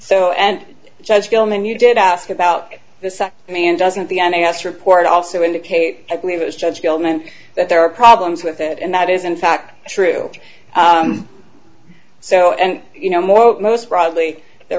so and judge gilman you did ask about this a man doesn't the n a s report also indicate i believe it was judge gilman that there are problems with it and that is in fact true so and you know more most broadly the